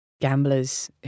Gamblers